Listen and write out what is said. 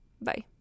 Bye